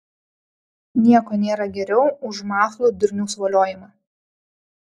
nieko nėra geriau už mąslų durniaus voliojimą